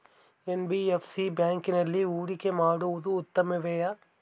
NBFC ಬ್ಯಾಂಕಿನಲ್ಲಿ ಹೂಡಿಕೆ ಮಾಡುವುದು ಉತ್ತಮವೆ?